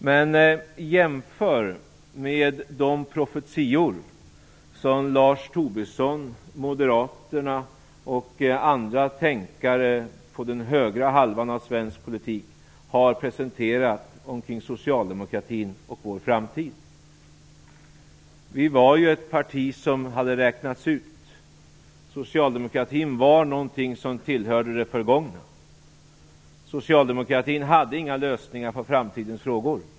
Men jämför med de profetior som Lars Tobisson, moderaterna och andra tänkare på den högra halvan av svensk politik har presenterat kring socialdemokratin och vår framtid. Vi var ett parti som hade räknats ut. Socialdemokratin var något som tillhörde det förgångna. Socialdemokratin hade inga lösningar på framtidens frågor.